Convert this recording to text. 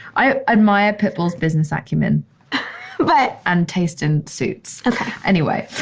i admire pitbull's business ah acumen but and taste in suits ok anyway.